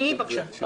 היא ביקשה.